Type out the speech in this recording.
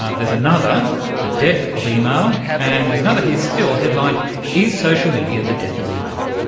ah there's another the death of email. and there's another here still headlined is social media the death of email,